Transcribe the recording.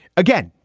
again,